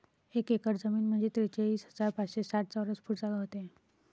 एक एकर जमीन म्हंजे त्रेचाळीस हजार पाचशे साठ चौरस फूट जागा व्हते